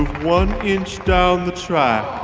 one inch down the track.